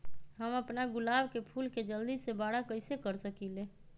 हम अपना गुलाब के फूल के जल्दी से बारा कईसे कर सकिंले?